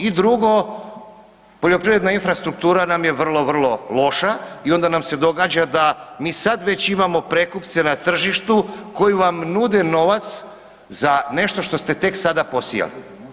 I drugo, poljoprivredna infrastruktura nam je vrlo, vrlo loša i onda nam se događa da mi sad već imamo prekupce na tržištu koji vam nude novac za nešto što ste tek sada posijali.